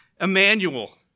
Emmanuel